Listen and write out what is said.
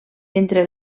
entre